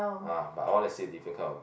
ah but I want to see a different kind of